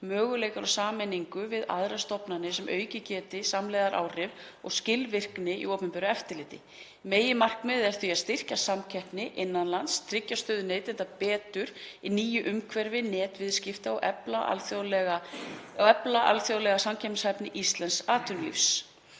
möguleikar á sameiningu við aðrar stofnanir sem aukið geti samlegðaráhrif og skilvirkni í opinberu eftirliti. Meginmarkmiðið er að styrkja samkeppni innan lands, tryggja stöðu neytenda betur í nýju umhverfi netviðskipta og efla alþjóðlega samkeppnishæfni íslensks